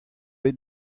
aet